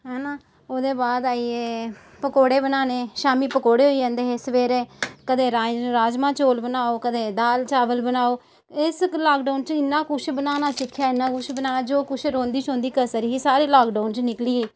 ना ओह्दे बाद आई गे पकौड़़े बनाने शामी पकौड़े होई जंदे हे सबेरे कदें राजमा राजमा चौल बनाओ कदें दाल चावल बनाओ एस्स लॉकडाउन च इन्ना कुछ बनाना सिक्खेआ इन्ना कुछ बनाया जो कुछ रौह्ंदी शौह्ंदी कसर ही सारी लॉकडाउन च निकली गेई